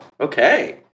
Okay